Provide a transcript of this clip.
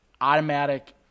automatic